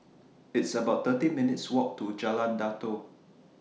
It's about thirty minutes' Walk to Jalan Datoh